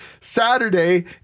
Saturday